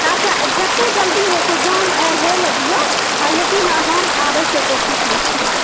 अच्छा जतेक जल्दी होइ छै जाम होइ लए दियौ लेकिन हम आबैके कोशिशमे छी